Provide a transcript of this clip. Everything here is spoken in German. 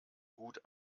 gut